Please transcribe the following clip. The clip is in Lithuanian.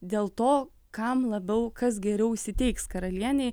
dėl to kam labiau kas geriau įsiteiks karalienei